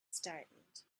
startled